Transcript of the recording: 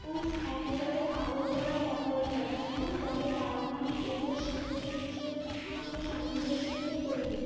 উফ একেবারে পাগল করা ব্যাপার এটা তাই না তবে তার মানে এটা শিল্পশাস্ত্রের সঙ্গে সামঞ্জস্য রেখে তৈরি